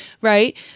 right